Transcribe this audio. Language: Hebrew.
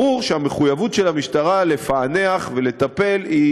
ברור שהמחויבות של המשטרה לפענח ולטפל היא